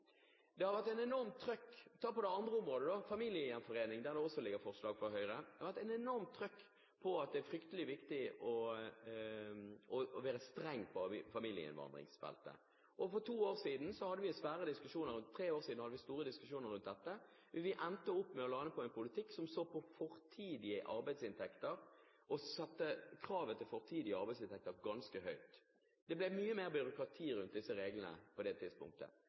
På et annet område, familiegjenforening, ligger det også forslag fra Høyre. Det har vært et enormt trykk på at det er fryktelig viktig å være streng når det gjelder familieinnvandringsfeltet. For tre år siden hadde vi store diskusjoner rundt dette. Vi endte opp med å lande på en politikk som så på fortidige arbeidsinntekter, og som satte kravet til fortidige arbeidsinntekter ganske høyt. Det ble mye mer byråkrati rundt disse reglene på det tidspunktet.